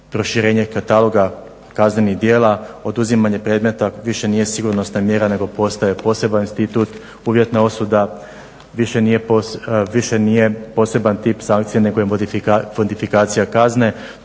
proširenje kataloga kaznenih djela oduzimanje predmeta više nije sigurnosna mjera nego postaje poseban institut, uvjetna osuda više nije poseban tip sankcije nego je modifikacija kazne.